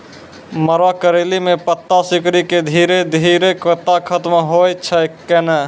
मरो करैली म पत्ता सिकुड़ी के धीरे धीरे पत्ता खत्म होय छै कैनै?